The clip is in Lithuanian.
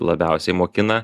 labiausiai mokina